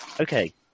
Okay